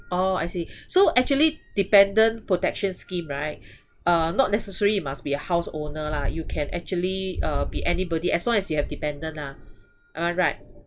orh I see so actually dependent protection scheme right uh not necessary you must be a house owner lah you can actually uh be anybody as long as you have dependent lah am I right